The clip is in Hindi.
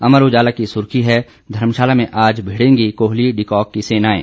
अमर उजाला की सुर्खी है घर्मशाला में आज भिड़ेंगी कोहली डिकॉक की सेनाएं